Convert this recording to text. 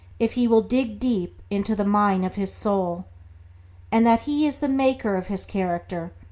if he will dig deep into the mine of his soul and that he is the maker of his character,